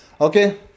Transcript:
Okay